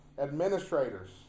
administrators